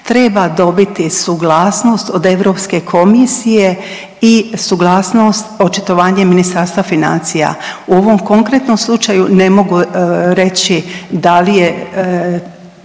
treba dobiti suglasnost od Europske komisije i suglasnost, očitovanje Ministarstva financija. U ovom konkretnom slučaju ne mogu reći da li je